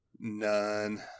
none